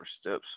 steps